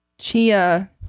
Chia